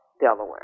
Delaware